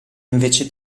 invece